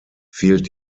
fehlt